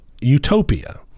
utopia